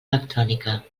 electrònica